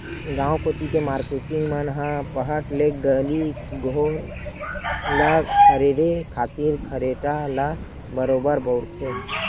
गांव कोती के मारकेटिंग मन ह पहट ले गली घोर ल खरेरे खातिर खरेटा ल बरोबर बउरथे